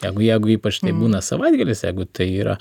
jeigu jeigu ypač tai būna savaitgalis jeigu tai yra